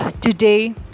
Today